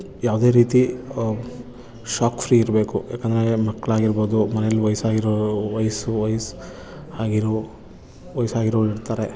ಯಾವುದೇ ರೀತಿ shock free ಇರಬೇಕು ಯಾಕಂದರೆ ಮಕ್ಕಳಾಗಿರ್ಬೋದು ಮನೆಲಿ ವಯಸ್ಸಾಗಿರೋರು ವಯಸ್ಸು ವಯಸ್ಸು ಆಗಿರೋ ವಯಸ್ಸಾಗಿರೋರಿರ್ತಾರೆ